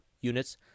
units